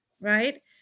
right